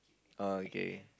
oh okay